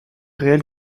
réel